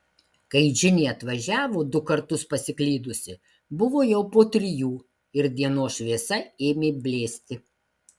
kai džinė atvažiavo du kartus pasiklydusi buvo jau po trijų ir dienos šviesa ėmė blėsti